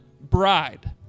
bride